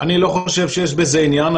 אני לא חושב שיש בזה עניין,